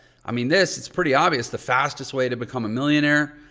i mean this, it's pretty obvious the fastest way to become a millionaire.